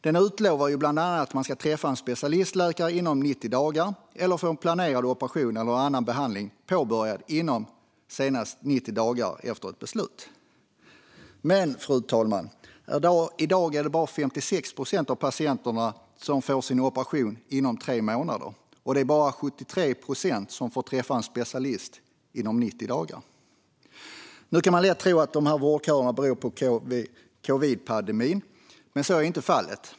Den utlovar bland annat att man ska få träffa en specialistläkare inom 90 dagar eller få en planerad operation eller annan behandling påbörjad senast 90 dagar efter beslut. Men, fru talman, i dag är det bara 56 procent av patienterna som får sin operation inom tre månader, och det är bara 73 procent som får träffa en specialist inom 90 dagar. Nu kan man lätt tro att dessa vårdköer beror på covid-19-pandemin, men så är inte fallet.